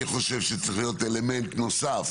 אני חושב שצריך להיות אלמנט נוסף